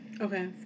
Okay